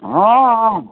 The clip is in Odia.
ହଁ ହଁ